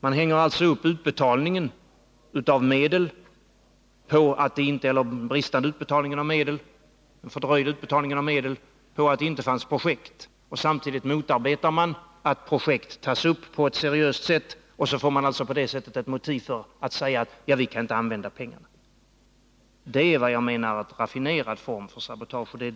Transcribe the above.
Man hänger alltså upp den fördröjda utbetalningen av medel på att det inte fanns några projekt, och samtidigt motarbetar man att projekt tas upp seriöst. På det sättet får man ett motiv för att säga att man inte kan använda pengarna. Det är, vad jag menar, en raffinerad form för sabotage.